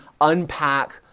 unpack